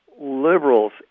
Liberals